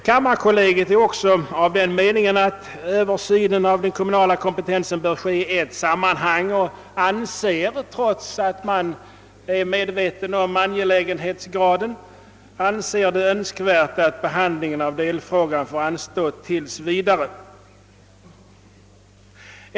Kammarkollegiet anser också «att översynen av den kommunala kompetensen bör ske i ett sammanhang och uttalar — trots att kollegiet är medvetet om frågans angelägenhetsgrad — att behandlingen av delfrågan bör anstå tills vidare.